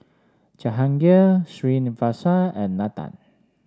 Jahangir Srinivasa and Nathan